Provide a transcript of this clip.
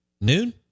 noon